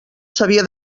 sabia